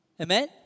Amen